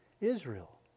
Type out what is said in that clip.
Israel